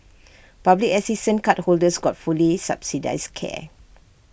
public assistance cardholders got fully subsidised care